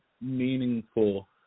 meaningful